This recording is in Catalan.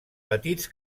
petits